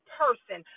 person